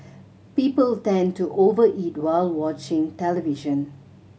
people tend to over eat while watching television